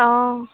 অঁ